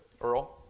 Earl